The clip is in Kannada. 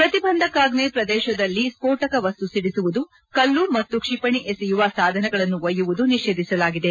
ಪ್ರತಿಬಂಧಕಾಜ್ಞೆ ಪ್ರದೇಶದಲ್ಲಿ ಸ್ಫೋಟಕ ವಸ್ತು ಒಡಿಸುವುದು ಕಲ್ಲು ಮತ್ತು ಕ್ಷಿಪಣಿ ಎಸೆಯುವ ಸಾಧನಗಳನ್ನು ಒಯ್ಯುವುದನ್ನು ನಿಷೇಧಿಸಲಾಗಿದೆ